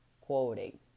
quoting